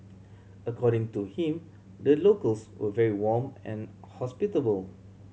according to him the locals were very warm and hospitable